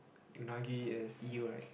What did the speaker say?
unagi is eel right